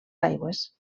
aigües